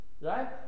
Right